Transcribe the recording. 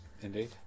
indeed